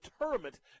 tournament